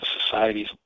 societies